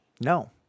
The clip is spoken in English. No